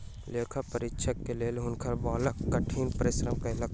लेखा परीक्षक के लेल हुनकर बालक कठिन परिश्रम कयलैन